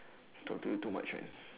talk to you too much man